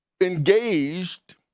engaged